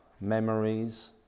memories